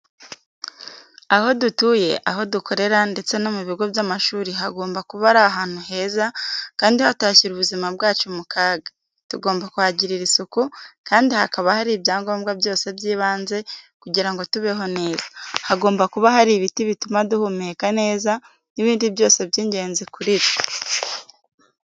Aho dutuye, aho dukorera ndetse no mu bigo by'amashuri hagomba kuba ari ahantu heza kandi hatashyira ubuzima bwacu mu kaga. Tugomba kuhagirira isuku kandi hakaba hari ibyangombwa byose by'ibanze kugira ngo tubeho neza. Hagomba kuba hari ibiti bituma duhumeka neza n'ibindi byose by'ingenzi kuri twe.